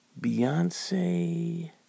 Beyonce